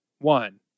one